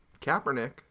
Kaepernick